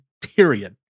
period